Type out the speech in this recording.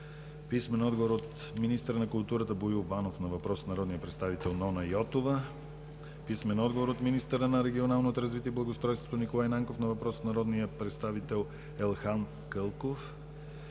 Цветан Топчиев; – от министъра на културата Боил Банов на въпрос от народния представител Нона Йотова; – от министъра на регионалното развитие и благоустройството Николай Нанков на въпрос от народния представител Елхан Кълков;